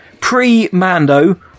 Pre-Mando